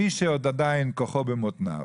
מי שעדיין כוחו במותניו